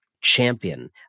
champion